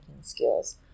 skills